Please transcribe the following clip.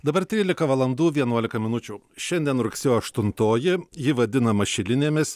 dabar trylika valandų vienuolika minučių šiandien rugsėjo aštuntoji ji vadinama šilinėmis